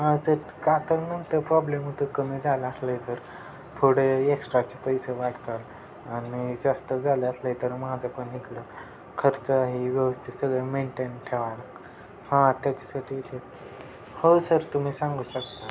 हां तर का तर नंतर प्रॉब्लेम होतं कमी झालं असलं आहे तर पुढे एक्स्ट्राचे पैसे वाटतात आणि जास्त झाले असले तर माझं पण इकडं खर्च ही व्यवस्थित सगळं मेंटेन ठेवावं लागते हां त्याच्यासाठी इथे हो सर तुम्ही सांगू शकता